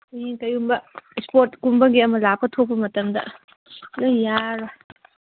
ꯍꯌꯦꯡ ꯀꯔꯤꯒꯨꯝꯕ ꯏꯁ꯭ꯄꯣꯔꯠꯀꯨꯝꯕꯒꯤ ꯑꯃ ꯂꯥꯛꯄ ꯊꯣꯛꯄ ꯃꯇꯝꯗ ꯂꯣꯏ ꯌꯥꯔꯔꯣꯏ